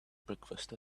breakfast